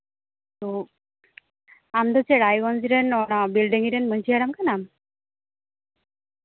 ᱟᱢ ᱫᱚ ᱪᱮᱫ ᱨᱟᱭᱜᱚᱧᱡᱽ ᱨᱮᱱ ᱚᱱᱟ ᱵᱤᱞᱰᱟᱹᱝᱨᱤ ᱨᱮᱱ ᱢᱟᱹᱡᱷᱤ ᱦᱟᱲᱟᱢ ᱠᱟᱱᱟᱢ